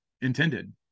intended